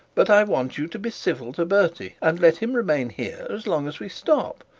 but i want you to be civil to bertie, and let him remain here as long as we stop.